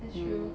that's true